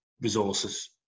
resources